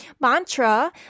Mantra